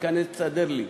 תיכנס ותסדר לי,